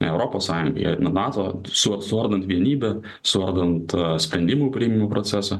europos sąjungai ar ne nato su suardant vienybę suardant sprendimų priėmimo procesą